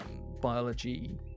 biology